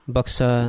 Baksa